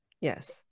yes